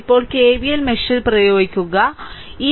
ഇപ്പോൾ കെവിഎൽ മെഷിൽ പ്രയോഗിക്കുക 4